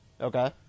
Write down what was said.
Okay